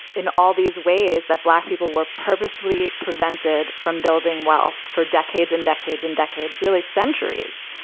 in all these ways that black people were purposefully prevented from building wealth for decades and decades and decades, really centuries.